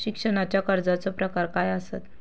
शिक्षणाच्या कर्जाचो प्रकार काय आसत?